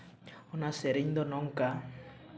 ᱚᱱᱟ ᱥᱮᱨᱮᱧ ᱫᱚ ᱱᱚᱝᱠᱟ